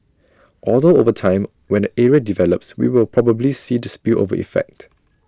although over time when the area develops we will probably see the spillover effect